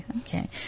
Okay